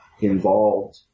involved